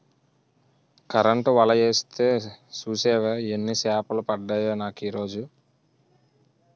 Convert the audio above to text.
Current వల యేస్తే సూసేవా యెన్ని సేపలు పడ్డాయో నాకీరోజు?